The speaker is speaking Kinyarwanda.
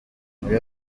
muri